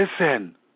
Listen